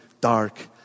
dark